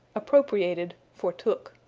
appropriated for took.